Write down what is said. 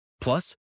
Plus